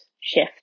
shift